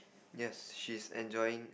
yes she's enjoying